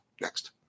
next